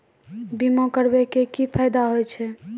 बीमा करबै के की फायदा होय छै?